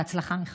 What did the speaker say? בהצלחה, מיכל.